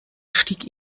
stieg